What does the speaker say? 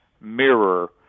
mirror